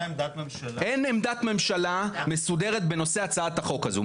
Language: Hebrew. אין עמדת ממשלה מסודרת בנושא הצעת החוק הזו.